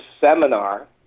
seminar